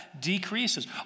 decreases